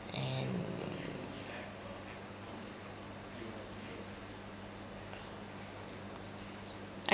and